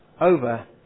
over